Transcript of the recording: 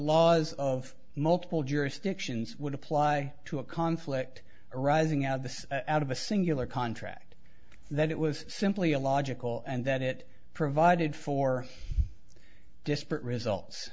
laws of multiple jurisdictions would apply to a conflict arising out of this out of a singular contract that it was simply a logical and that it provided for disparate results